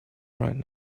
right